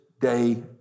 day